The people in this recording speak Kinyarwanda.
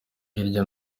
hirya